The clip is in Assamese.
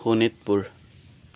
শোণিতপুৰ